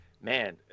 man